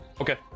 Okay